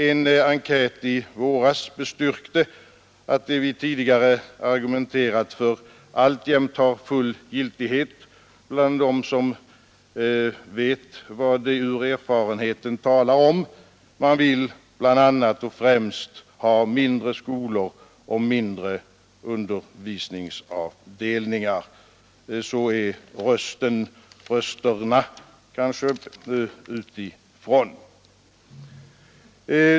En enkät i våras bestyrkte att det vi tidigare argumenterat för alltjämt har full giltighet bland dem som vet vad de talar om av egen erfarenhet. Man vill bl.a. främst ha mindre skolor och mindre undervisningsavdelningar. Så säger rösterna utifrån.